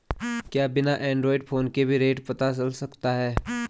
क्या बिना android phone के भी रेट पता चल सकता है?